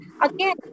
again